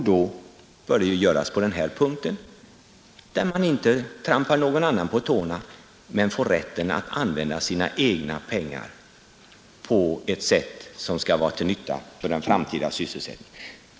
Det bör ske på den här punkten, där man inte trampar någon annan på tårna men får rätten att använda sina egna pengar på ett sätt som skall vara till nytta för den framtida sysselsättningen.